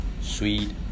sweet